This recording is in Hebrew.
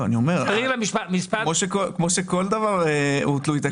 כל דבר הוא תלוי תקציב.